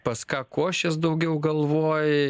pas ką košės daugiau galvoj